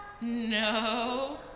No